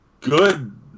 good